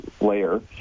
layer